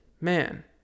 man